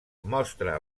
mostra